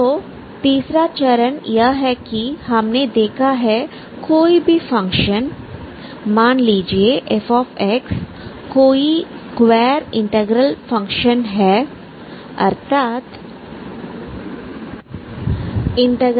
तो तीसरा चरण यह है कि हमने देखा है कोई भी फंक्शन मान लीजिए f कोई स्क्वायर इंटीग्रेबल फंक्शन है अर्थात 01